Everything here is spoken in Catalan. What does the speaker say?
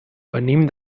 venim